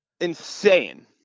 insane